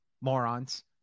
morons